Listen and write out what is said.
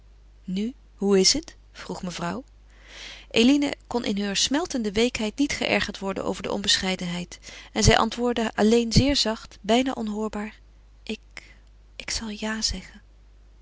nu hoe is het vroeg mevrouw eline kon in heur smeltende weekheid niet geërgerd worden over de onbescheidenheid en zij antwoordde alleen zeer zacht bijna onhoorbaar ik ik zal ja zeggen